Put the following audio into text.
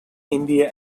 india